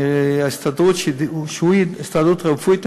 ההסתדרות הרפואית,